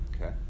Okay